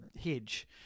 hedge